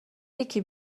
یکی